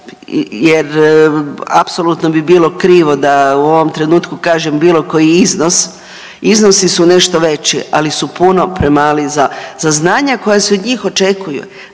jer apsolutno bi bilo krivo da u ovom trenutku kažem bilo koji iznos, iznosi su nešto veći ali su puno premali za znanja koja se od njih očekuju,